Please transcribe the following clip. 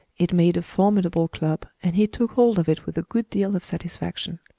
it made a formidable club, and he took hold of it with a good deal of satisfaction.